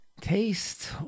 Taste